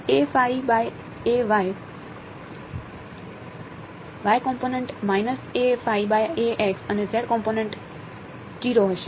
Y component અને Z component હશે